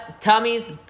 tummies